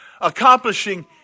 Accomplishing